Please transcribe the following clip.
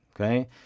Okay